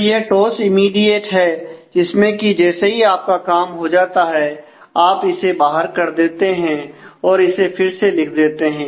तो यह toss immediate है जिसमें कि जैसे ही आपका काम हो जाता है आप इसे बाहर कर देते हैं और इसे फिर से लिख देते हैं